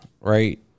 right